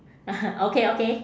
ah okay okay